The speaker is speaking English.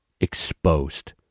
exposed